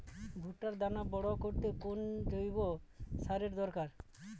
ভুট্টার দানা বড় করতে কোন জৈব সারের দরকার?